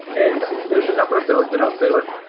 and there's a number of those that i'll say, look,